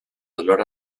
dolor